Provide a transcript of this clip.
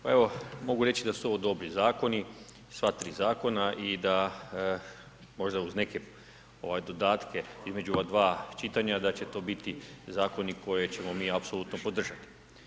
Pa evo, mogu reći da su ovo dobri zakoni, sva 3 zakona i da možda uz neke dodatke između ova dva čitanja, da će to biti zakoni koje ćemo mi apsolutno podržati.